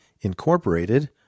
Incorporated